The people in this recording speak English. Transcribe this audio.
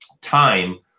time